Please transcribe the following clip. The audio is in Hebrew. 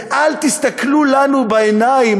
ואל תסתכלו לנו בעיניים,